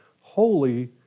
holy